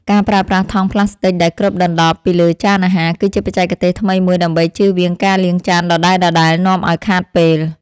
ការប្រើប្រាស់ថង់ប្លាស្ទិចដែលគ្របដណ្ដប់ពីលើចានអាហារ គឺជាបច្ចេកទេសថ្មីមួយដើម្បីជៀសវាងការលាងចានដដែលៗនាំឱ្យខាតពេល។